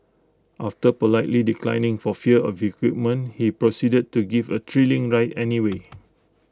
after politely declining for fear of equipment he proceeded to give A thrilling ride anyway